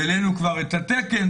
העלינו כבר את התקן,